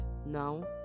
now